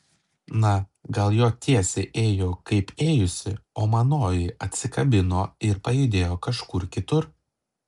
na gal jo tiesė ėjo kaip ėjusi o manoji atsikabino ir pajudėjo kažkur kitur